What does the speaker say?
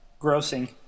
grossing